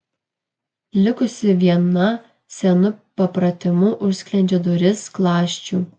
likusi viena senu papratimu užsklendžia duris skląsčiu